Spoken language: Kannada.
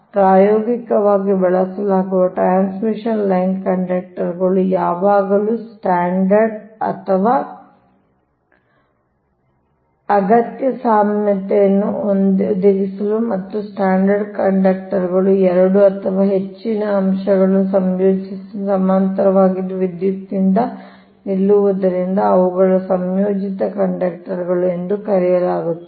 ಆದ್ದರಿಂದ ಪ್ರಾಯೋಗಿಕವಾಗಿ ಬಳಸಲಾಗುವ ಟ್ರಾನ್ಸ್ಮಿಷನ್ ಲೈನ್ ಕಂಡಕ್ಟರ್ಗಳು ಯಾವಾಗಲೂ ಸ್ಟ್ರಾಂಡೆಡ್ ಅಗತ್ಯ ನಮ್ಯತೆಯನ್ನು ಒದಗಿಸಲು ಮತ್ತು ಸ್ಟ್ರಾಂಡೆಡ್ ಕಂಡಕ್ಟರ್ಗಳು 2 ಅಥವಾ ಹೆಚ್ಚಿನ ಅಂಶಗಳನ್ನು ಸಂಯೋಜಿಸುವುದರಿಂದ ಅಥವಾ ಸಮಾನಾಂತರವಾಗಿ ವಿದ್ಯುತ್ನಿಂದ ನಿಲ್ಲುವುದರಿಂದ ಅವುಗಳನ್ನು ಸಂಯೋಜಿತ ಕಂಡಕ್ಟರ್ಗಳು ಎಂದು ಕರೆಯಲಾಗುತ್ತದೆ